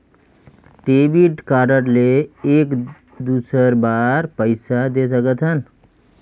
Debit card ले एक दुसर बार पइसा दे सकथन?